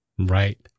Right